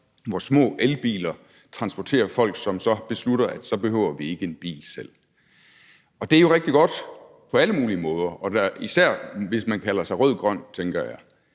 i små elbiler, og hvor de beslutter, at de ikke behøver en bil selv. Det er jo rigtig godt på alle mulige måder, især hvis man kalder sig rød-grøn, tænker jeg.